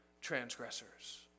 transgressors